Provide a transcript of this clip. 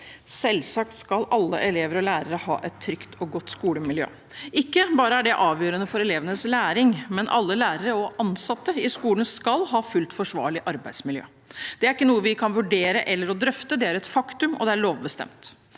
Selvsagt skal alle elever og lærere ha et trygt og godt skolemiljø. Ikke bare er det avgjørende for elevenes læring, men alle lærere og ansatte i skolen skal ha et fullt forsvarlig arbeidsmiljø. Det er ikke noe vi kan vurdere eller drøfte; det er et faktum, og det er lovbestemt.